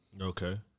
Okay